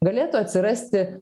galėtų atsirasti